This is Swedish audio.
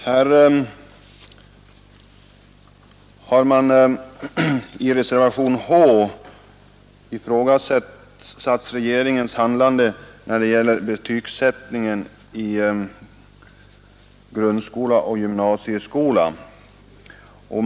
Herr talman! I reservationen H ifrågasätts regeringens handlande när det gäller betygsättningen i grundskola och gymnasieskola.